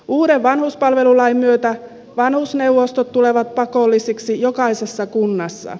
uuden vanhuspalvelulain myötä vanhusneuvostot tulevat pakollisiksi jokaisessa kunnassa